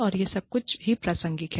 और यह सब बहुत ही प्रासंगिक है